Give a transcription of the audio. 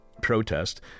protest